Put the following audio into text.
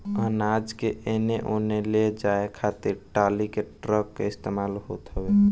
अनाज के एने ओने ले जाए खातिर टाली, ट्रक के इस्तेमाल होत हवे